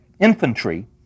infantry